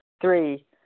Three